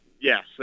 yes